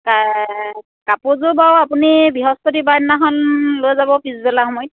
কাপোৰযোৰ বাৰু আপুনি বৃহস্পতিবাৰ দিনাখন লৈ যাব পিছবেলা সময়ত